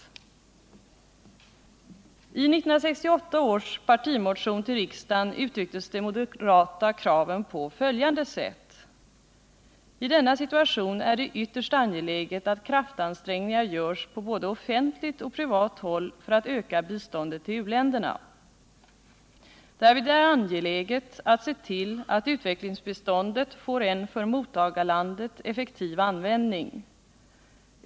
I 1968 års partimotion till riksdagen uttrycktes de moderata kraven på följande sätt: ”I denna situation är det ytterst angeläget att kraftansträngningar görs på både offentligt och privat håll för att öka biståndet till uländerna. Därvid är det angeläget att se till att utvecklingsbiståndet får en för mottagarlandet effektiv användning.